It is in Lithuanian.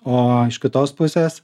o iš kitos pusės